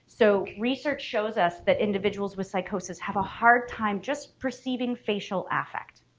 so research shows us that individuals with psychosis have a hard time just perceiving facial affect.